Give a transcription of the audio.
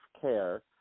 care